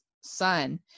son